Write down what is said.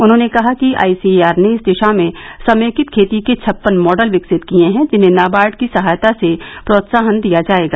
उन्होंने कहा कि आई सी ए आर ने इस दिशा में समेकित खेती के छप्पन मॉडल विकसित किये हैं जिन्हें नाबर्ड की सहायता से प्रोत्साहन दिया जायेगा